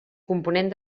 component